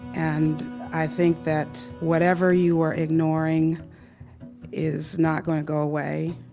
and i think that whatever you are ignoring is not going to go away.